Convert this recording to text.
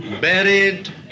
buried